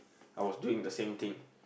I was doing the same thing